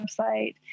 website